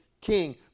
king